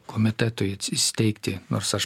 komitetui įsteigti nors aš